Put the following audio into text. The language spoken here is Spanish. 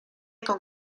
con